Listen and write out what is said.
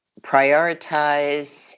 prioritize